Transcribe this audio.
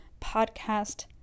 podcast